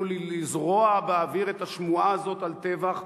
לזרוע באוויר את השמועה הזאת על טבח,